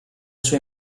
sua